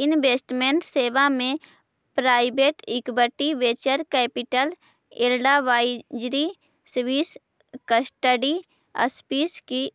investment सेवा में private equity, venture capital, advisory service, custody service इ